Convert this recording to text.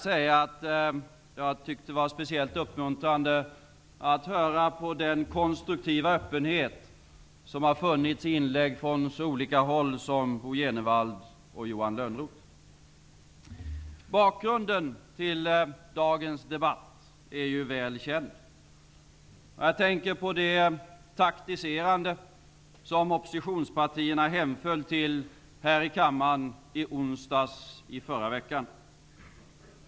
Det som var speciellt uppmuntrande att höra var den konstruktiva öppenhet som fanns i inlägg från så olika håll som från Bo G Jenevalls och Johan Bakgrunden till dagens debatt är väl känd. Jag tänker på det taktiserande som oppositionspartierna hemföll till här i kammaren i onsdags i förra veckan.